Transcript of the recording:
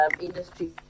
industry